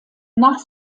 nach